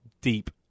deep